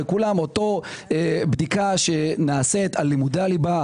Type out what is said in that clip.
אותה בדיקה שנעשית על לימודי הליבה.